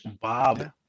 Bob